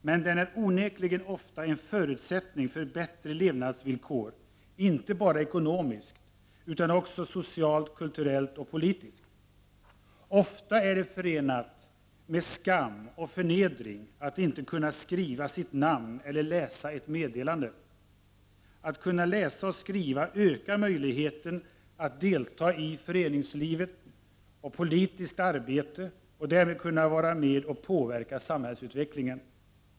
Men den är onekligen ofta en förutsättning för bättre levnadsvillkor, inte bara ekonomiskt utan också socialt, kulturellt och politiskt. Ofta är det förenat med skam och förnedring att inte kunna skriva sitt namn eller läsa ett meddelande. Att kunna läsa och skriva ökar möjligheten att delta i föreningsliv och politiskt arbete och därmed kunna vara med och påverka samhällsutvecklingen.